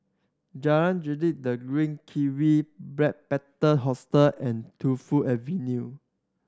Jalan Grisek The Green Kiwi Backpacker Hostel and Tu Fu Avenue